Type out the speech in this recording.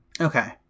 Okay